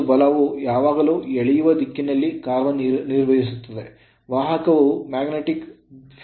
ಮತ್ತು ಬಲವು ಯಾವಾಗಲೂ ಎಳೆಯುವ ದಿಕ್ಕಿನಲ್ಲಿ ಕಾರ್ಯನಿರ್ವಹಿಸುತ್ತದೆ ವಾಹಕವು magnetic field ದಿಕ್ಕಿನಲ್ಲಿ ಚಲಿಸುತ್ತದೆ